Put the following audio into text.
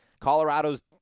Colorado's